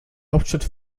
hauptstadt